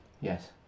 Yes